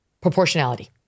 proportionality